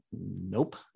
Nope